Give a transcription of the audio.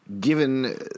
given